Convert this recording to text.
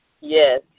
Yes